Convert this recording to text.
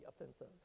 offensive